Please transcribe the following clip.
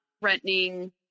threatening